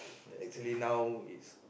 actually now it's